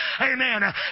amen